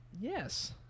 Yes